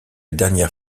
dernière